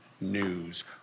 news